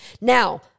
Now